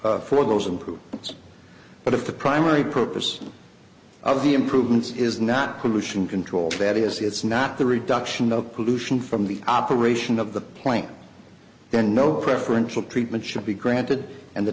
e for those improvements but if the primary purpose of the improvements is not condition control that is it's not the reduction of pollution from the operation of the plant then no preferential treatment should be granted and the